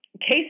Case